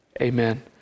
Amen